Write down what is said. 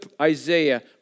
Isaiah